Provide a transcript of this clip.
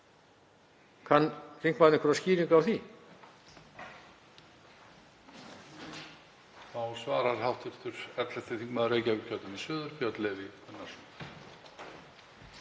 Kann þingmaður einhverja skýringu á því?